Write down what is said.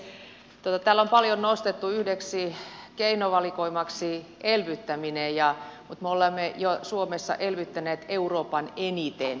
täällä on paljon nostettu yhdeksi keinovalikoimaksi elvyttäminen mutta me olemme jo suomessa elvyttäneet euroopassa eniten